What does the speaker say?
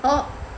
oh